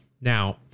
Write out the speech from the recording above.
Now